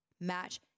match